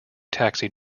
taxi